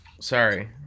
sorry